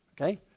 okay